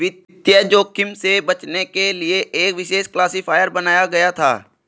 वित्तीय जोखिम से बचने के लिए एक विशेष क्लासिफ़ायर बनाया गया था